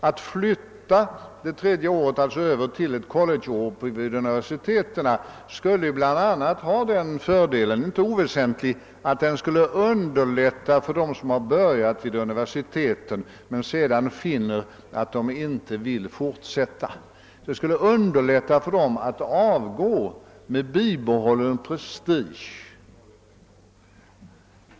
Att flytta det tredje året över till ett college-år vid universiteten skulle bl.a. ha den inte oväsentiga fördelen att det skulle underlätta för dem, som har börjat vid universiteten men sedan finner att de inte vill fortsätta, att avgå med bibehållen prestige.